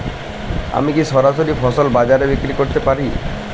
আমি কি সরাসরি ফসল বাজারে বিক্রি করতে পারি?